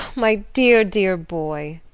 my dear, dear boy!